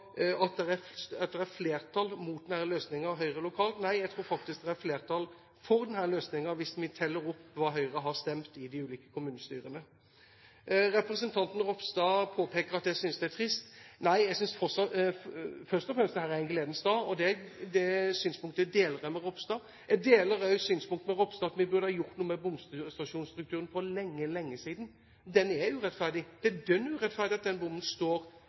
at det er flertall mot denne løsningen i Høyre lokalt. Nei, jeg tror faktisk det er flertall i Høyre lokalt for denne løsningen hvis vi teller opp hva Høyre har stemt i de ulike kommunestyrene. Representanten Ropstad påpeker at jeg synes det er trist. Nei, jeg synes først og fremst at det er en gledens dag, og det synspunktet deler jeg med Ropstad. Jeg deler også det synspunktet med Ropstad om at vi burde ha gjort noe med bomstasjonsstrukturen for lenge, lenge siden. Den er urettferdig. Det er dønn urettferdig at den bommen står